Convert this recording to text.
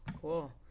Cool